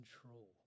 control